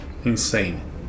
Insane